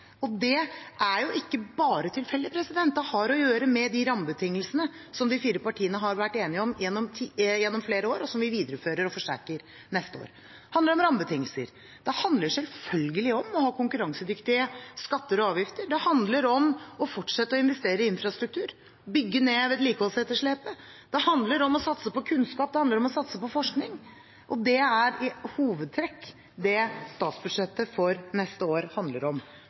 bedre. Det er jo ikke bare tilfeldig. Det har å gjøre med de rammebetingelsene som de fire partiene har vært enige om gjennom flere år, og som vi viderefører og forsterker neste år. Det handler om rammebetingelser. Det handler selvfølgelig om å ha konkurransedyktige skatter og avgifter. Det handler om å fortsette å investere i infrastruktur og bygge ned vedlikeholdsetterslepet. Det handler om å satse på kunnskap, det handler om å satse på forskning, og det er i hovedtrekk det statsbudsjettet for neste år handler om.